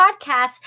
Podcast